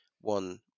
one